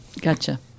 Gotcha